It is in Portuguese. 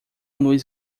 luz